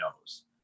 knows